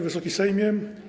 Wysoki Sejmie!